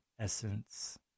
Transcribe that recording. essence